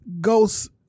Ghost's